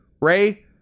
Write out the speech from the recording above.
Ray